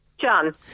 John